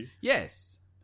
Yes